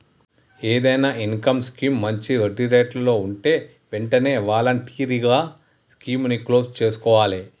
ఏదైనా income scheme మంచి వడ్డీరేట్లలో వుంటే వెంటనే వాలంటరీగా స్కీముని క్లోజ్ చేసుకోవాలే